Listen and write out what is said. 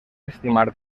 estimar